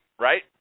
right